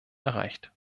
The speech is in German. erreicht